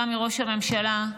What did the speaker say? גם מראש הממשלה,